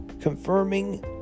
Confirming